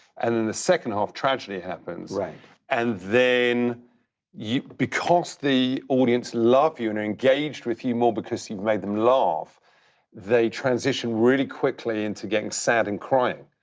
and in the second ah a tragedy happens and then because the audience love you and are engaged with you more because you've made them laugh they transition really quickly into getting sad and crying.